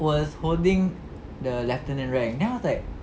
was holding the lieutenant rank then I was like